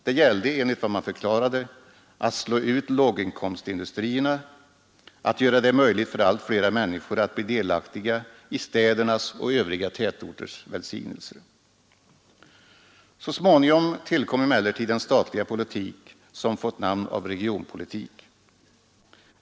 Det gällde enligt vad man förklarade att slå ut låginkomstindustrierna, att göra det möjligt för allt flera människor att bli delaktiga i städernas och övriga tätorters välsignelser. Så småningom tillkom emellertid den statliga politik som fått namnet regionpolitik.